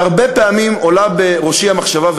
והרבה פעמים עולה בראשי המחשבה,